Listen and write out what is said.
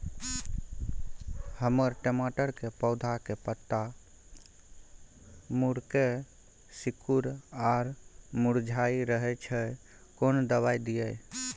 हमर टमाटर के पौधा के पत्ता मुड़के सिकुर आर मुरझाय रहै छै, कोन दबाय दिये?